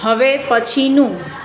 હવે પછીનું